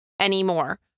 anymore